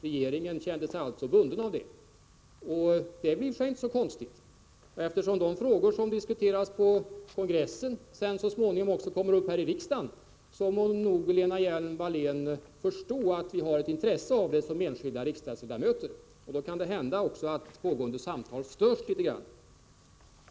Regeringen kände sig alltså bunden av det, och det är väl i och för sig inte så konstigt. Eftersom de frågor som diskuteras på kongressen sedan så småningom kommer upp här i riksdagen borde Lena Hjelm-Wallén förstå att vi som enskilda riksdagsledamöter har ett intresse av partikongressens behandling av dem. Då kan det också hända att pågående samtal störs litet grand.